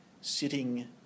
sitting